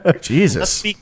Jesus